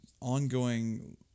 ongoing